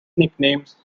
nicknames